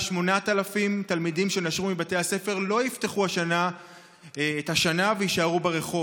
ו-8,000 תלמידים שנשרו מבתי הספר לא יפתחו את השנה ויישארו ברחוב.